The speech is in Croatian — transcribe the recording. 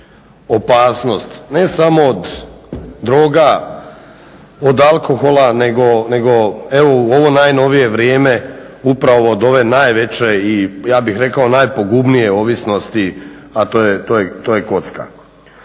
opasnost ne samo od droga, od alkohola nego evo u ovo najnovije vrijeme upravo od ove najveće i ja bih rekao najpogubnije ovisnosti, a to je kocka.